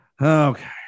Okay